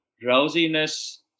Drowsiness